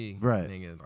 right